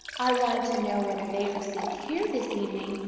i wanted to know whether they receive here this evening,